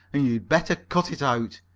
and you'd better cut it out.